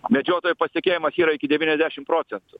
medžiotojų pasitikėjimas yra iki devyniasdešim procentų